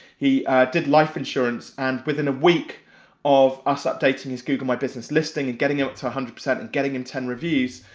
he did life insurance, and within a week of us updating his google my business listing and getting it up to one hundred percent and getting him ten reviews,